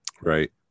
Right